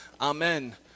Amen